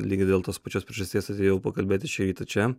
lygiai dėl tos pačios priežasties atėjau pakalbėti šį rytą čia